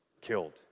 killed